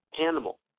animal